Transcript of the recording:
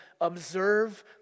observe